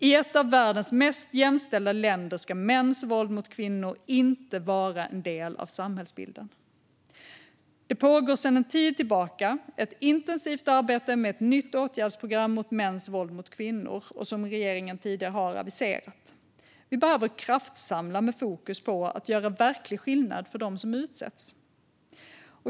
I ett av världens mest jämställda länder ska mäns våld mot kvinnor inte vara en del av samhällsbilden. Det pågår sedan en tid tillbaka ett intensivt arbete med ett nytt åtgärdsprogram mot mäns våld mot kvinnor, som regeringen tidigare har aviserat. Vi behöver kraftsamla med fokus på att göra verklig skillnad för dem som utsätts.